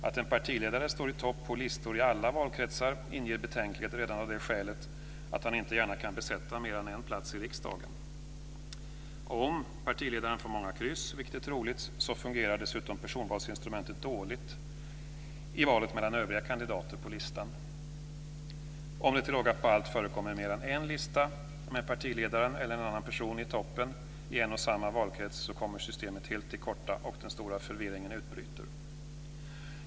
Att en partiledare står i topp på listor i alla valkretsar inger betänkligheter redan av det skälet att han inte gärna kan besätta mera än en plats i riksdagen. Om partiledaren får många kryss, vilket är troligt, fungerar dessutom personvalsinstrumentet dåligt i valet mellan övriga kandidater på listan. Om det till råga på allt förekommer mer än en lista med partiledaren eller en annan person i toppen i en och samma valkrets, kommer systemet helt till korta, och den stora förvirringen utbryter.